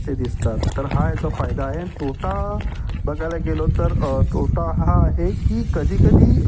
ते दिसतात तर हा याचा फायदा आहे तोटा बघायला गेलो तर तोटा हा आहे की कधीकधी